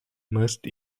must